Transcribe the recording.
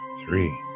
three